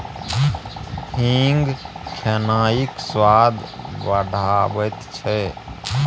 हींग खेनाइक स्वाद बढ़ाबैत छै